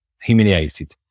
humiliated